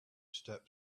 step